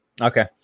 Okay